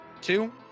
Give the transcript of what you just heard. two